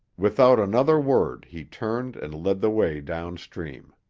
without another word he turned and led the way downstream.